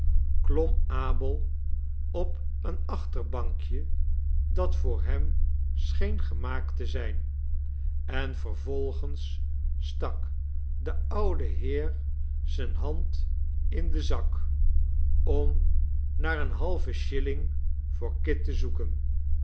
klom abel op een achterbankje dat voor hem scheen gemaakt te zijn en vervolgens stak de oude heer zijne hand in den zak om naar een halven shilling voor kit te zoeken